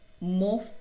more